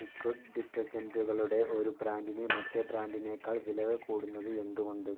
liquid ഡിറ്റർജൻറ്റുകളുടെ ഒരു ബ്രാൻഡിന് മറ്റേ ബ്രാൻഡിനേക്കാൾ വില കൂടുന്നത് എന്തുകൊണ്ട്